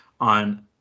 on